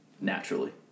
naturally